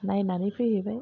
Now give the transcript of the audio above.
नायनानै फैहैबाय